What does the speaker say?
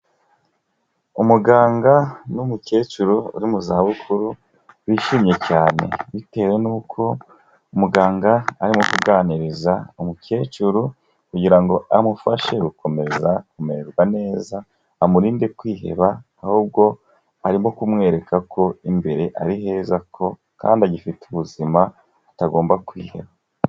Umuganga n'umukecuru uri mu zabukuru wishimye cyane, bitewe nuko umuganga arimo kuganiriza umukecuru kugira ngo amufashe gukomeza kumererwa neza, amurinde kwiheba ahubwo arimo kumwereka ko imbere ari heza ko kandi agifite ubuzima atagomba kwiheba.